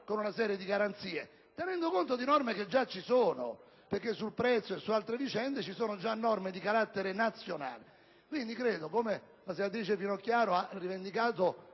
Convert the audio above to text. Grazie,